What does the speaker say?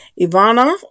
Ivana